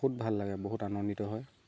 বহুত ভাল লাগে বহুত আনন্দিত হয়